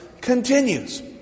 continues